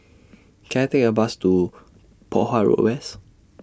Can I Take A Bus to Poh Huat Road West